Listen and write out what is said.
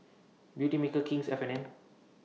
Beautymaker King's F and N